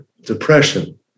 depression